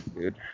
Dude